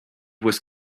was